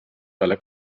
talle